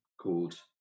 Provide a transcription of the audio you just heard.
called